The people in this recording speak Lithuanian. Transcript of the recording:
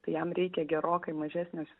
tai jam reikia gerokai mažesnios